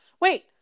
wait